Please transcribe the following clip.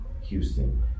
Houston